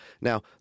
Now